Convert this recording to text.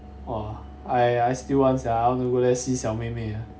oh I I still want sia I want go there see 小妹妹